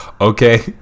okay